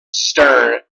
stern